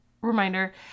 reminder